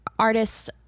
artists